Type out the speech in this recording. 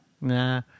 Nah